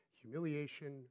humiliation